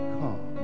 come